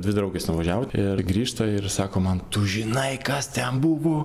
dvi draugės nuvažiavo ir grįžta ir sako man tu žinai kas ten buvo